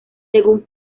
según